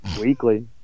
weekly